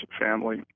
family